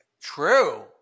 True